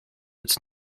its